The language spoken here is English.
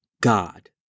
God